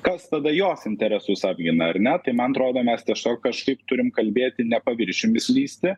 kas tada jos interesus apgina ar ne tai man atrodo mes tiesiog kažkaip turim kalbėti ne paviršiumi slysti